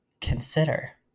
consider